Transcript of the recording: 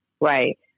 Right